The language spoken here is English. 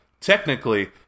Technically